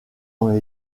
ont